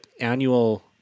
annual